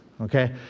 Okay